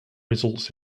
results